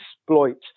exploit